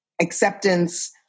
acceptance